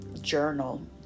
Journal